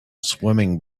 swimming